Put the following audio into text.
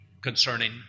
concerning